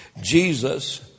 Jesus